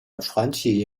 传奇